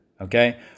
okay